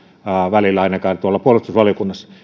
välillä ainakaan tuolla puolustusvaliokunnassa mutta